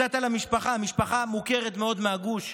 קצת על המשפחה: משפחה מוכרת מאוד מהגוש,